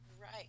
right